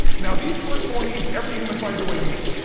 now these first four needs every human finds a way to meet.